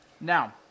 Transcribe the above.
now